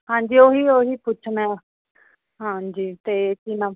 ਹਾਂਜੀ ਓਹੀ ਓਹੀ ਪੁੱਛਣਾ ਐ ਹਾਂਜੀ ਤੇ ਕੀ ਨਾਮ